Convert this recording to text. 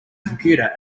computer